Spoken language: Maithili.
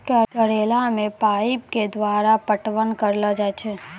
करेला मे पाइप के द्वारा पटवन करना जाए?